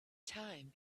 time